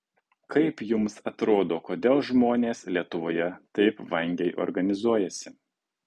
kaip jums atrodo kodėl žmonės lietuvoje taip vangiai organizuojasi